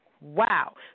Wow